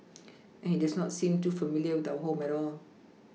and he does not seem too familiar with our home at all